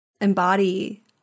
embody